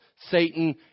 Satan